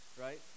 right